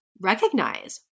recognize